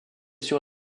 sur